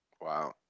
Wow